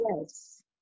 Yes